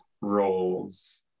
roles